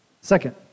Second